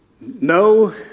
No